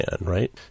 right